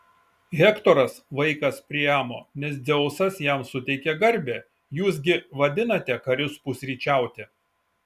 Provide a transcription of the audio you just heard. hektoras vaikas priamo nes dzeusas jam suteikė garbę jūs gi vadinate karius pusryčiauti